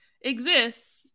exists